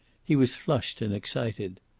he was flushed and excited.